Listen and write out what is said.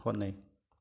ꯍꯣꯠꯅꯩ